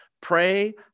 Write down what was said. pray